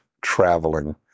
traveling